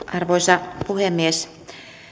arvoisa puhemies